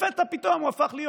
לפתע פתאום הוא הפך להיות,